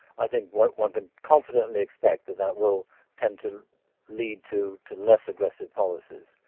i think one one can confidently expect that that will tend to lead to to less aggressive policies.